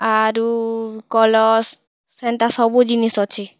ଆରୁ କଳସ୍ ସେନ୍ତା ସବୁ ଜିନିଷ୍ ଅଛେ